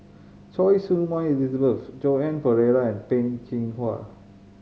Choy Su Moi Elizabeth Joan Pereira and Peh Chin Hua